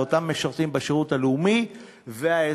לאותם משרתים בשירות הלאומי והאזרחי.